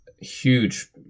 huge